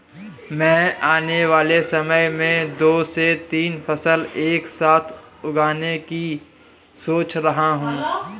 मैं आने वाले समय में दो से तीन फसल एक साथ उगाने की सोच रहा हूं